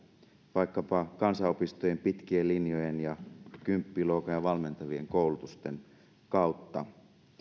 vaikkapa kansanopistojen pitkien linjojen tai kymppiluokan tai valmentavien koulutusten kautta